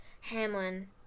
Hamlin